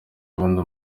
undi